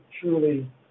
truly